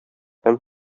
һәм